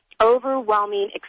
overwhelming